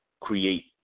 create